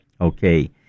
Okay